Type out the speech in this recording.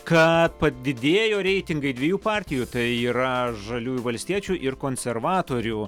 kad padidėjo reitingai dviejų partijų tai yra žaliųjų valstiečių ir konservatorių